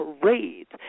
parades